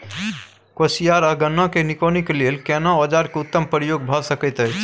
कोसयार आ गन्ना के निकौनी के लेल केना औजार के उत्तम प्रयोग भ सकेत अछि?